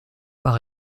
par